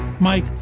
Mike